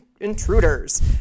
intruders